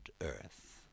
earth